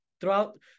throughout